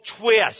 twist